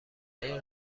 این